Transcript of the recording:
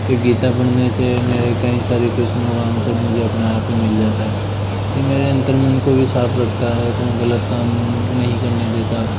तो गीता पढ़ने से मेरे कई सारे क्वेश्चनों का आंसर मुझे अपने आप ही मिल जाता है ये मेरे अंतर मन को भी साफ़ रखता है कोई गलत काम नहीं करने देता